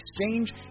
exchange